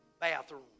Bathroom